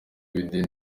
within